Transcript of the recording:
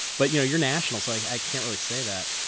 but you know you're national, so i can't really say that.